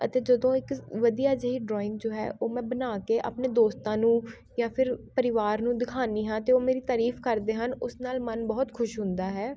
ਅਤੇ ਜਦੋਂ ਇੱਕ ਵਧੀਆ ਜਿਹੀ ਡਰੋਇੰਗ ਜੋ ਹੈ ਉਹ ਮੈਂ ਬਣਾ ਕੇ ਆਪਣੇ ਦੋਸਤਾਂ ਨੂੰ ਜਾਂ ਫਿਰ ਪਰਿਵਾਰ ਨੂੰ ਦਿਖਾਉਂਦੀ ਹਾਂ ਅਤੇ ਉਹ ਮੇਰੀ ਤਾਰੀਫ ਕਰਦੇ ਹਨ ਉਸ ਨਾਲ ਮਨ ਬਹੁਤ ਖੁਸ਼ ਹੁੰਦਾ ਹੈ